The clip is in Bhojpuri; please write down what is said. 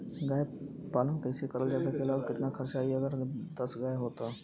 गाय पालन कइसे करल जा सकेला और कितना खर्च आई अगर दस गाय हो त?